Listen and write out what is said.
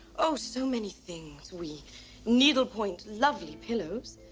oh, so many things. we needlepoint lovely pillows.